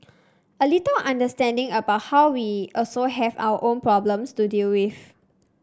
a little understanding about how we also have our own problems to deal with